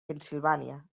pensilvania